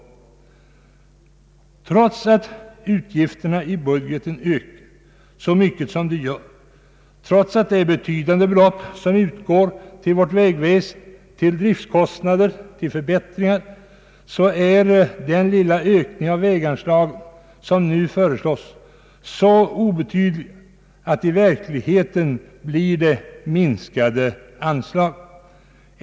Trots att utgifterna i budgeten ökar så mycket som de gör och trots att betydande belopp utgår till vårt vägväsen till driftkostnader och förbättringar så är den lilla ökning som nu föreslås så obetydlig att det i verkligheten blir minskade anslag.